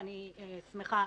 ולכן אני לפחות אשמח שנבחן